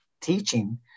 teaching